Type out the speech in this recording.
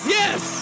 yes